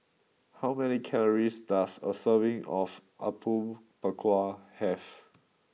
how many calories does a serving of Apom Berkuah have